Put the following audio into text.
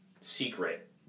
secret